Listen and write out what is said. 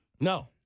No